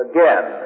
Again